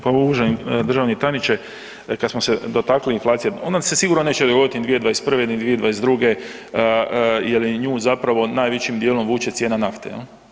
Pa uvaženi državni tajniče, kad smo se dotakli inflacije, ona se sigurno neće dogoditi ni 2021. ni 2022. jer i nju zapravo najvećim dijelom vuče cijena nafte, je li.